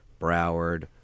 Broward